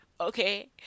okay